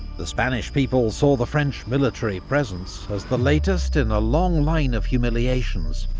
the spanish people saw the french military presence as the latest in a long line of humiliations